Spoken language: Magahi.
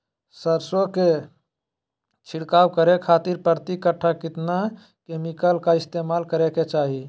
सरसों के छिड़काव करे खातिर प्रति कट्ठा कितना केमिकल का इस्तेमाल करे के चाही?